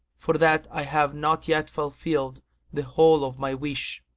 for that i have not yet fulfilled the whole of my wish.